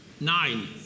Nine